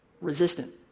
resistant